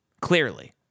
clearly